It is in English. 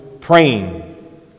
praying